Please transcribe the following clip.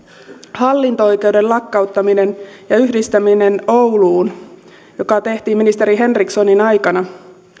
hallinto oikeuden lakkauttaminen ja yhdistäminen ouluun joka tehtiin ministeri henrikssonin aikana